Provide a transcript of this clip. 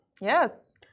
yes